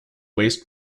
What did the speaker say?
waste